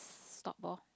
stop orh